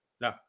No